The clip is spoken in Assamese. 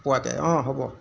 পোৱাকৈ অঁ হ'ব